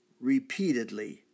repeatedly